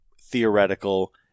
theoretical